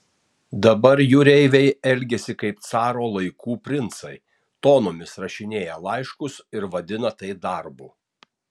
dabar jūreiviai elgiasi kaip caro laikų princai tonomis rašinėja laiškus ir vadina tai darbu